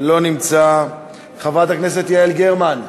לא נמצא, חברת הכנסת יעל גרמן,